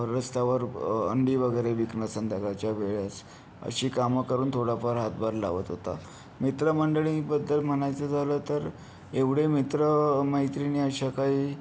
रस्त्यावर अंडी वगैरे विकणं संध्याकाळच्या वेळेस अशी कामं करून थोडाफार हातभार लावत होता मित्रमंडळीबद्दल म्हणायचं झालं तर एवढे मित्र मैत्रिणी अशा काही